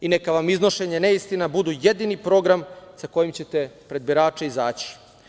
I neka vam iznošenje neistina budu jedini program sa kojim ćete pred birače izaći.